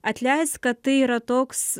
atleisk kad tai yra toks